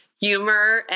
humor